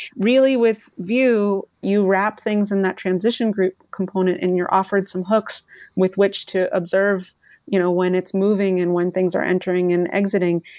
really, with vue, you wrap things in that transition group component in your offered some hooks with which to observe you know when it's moving and when things are entering and exiting.